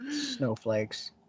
Snowflakes